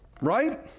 right